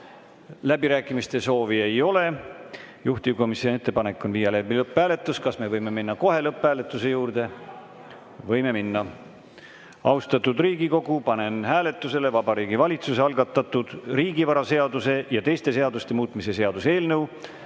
Läbirääkimiste soovi ei ole. Juhtivkomisjoni ettepanek on viia läbi lõpphääletus. Kas me võime minna kohe lõpphääletuse juurde? (Saalist vastatakse.) Võime minna. Austatud Riigikogu, panen hääletusele Vabariigi Valitsuse algatatud riigivaraseaduse ja teiste seaduste muutmise seaduse eelnõu